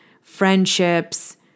friendships